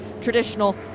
traditional